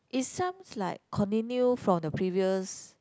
it sounds like continue from the previous